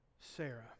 Sarah